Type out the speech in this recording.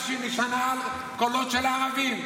שנשענה על קולות של ערבים.